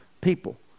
people